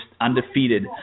undefeated